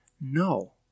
No